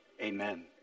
Amen